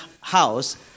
house